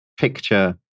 picture